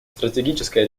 стратегическое